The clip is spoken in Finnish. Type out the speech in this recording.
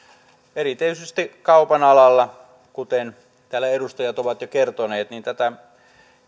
erityisesti kaupan alalla kuten täällä edustajat ovat jo kertoneet tätä